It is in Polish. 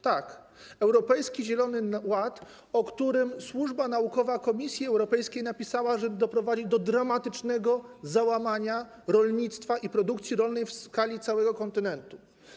Tak, chodzi o Europejski Zielony Ład, o którym służba naukowa Komisji Europejskiej napisała, że doprowadzi on do dramatycznego załamania rolnictwa i produkcji rolnej w skali całego kontynentu.